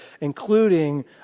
including